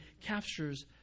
captures